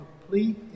complete